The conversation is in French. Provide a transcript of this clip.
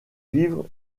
vivre